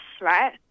right